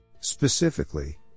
Specifically